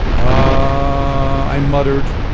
i muttered.